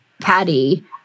Patty